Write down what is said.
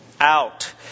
out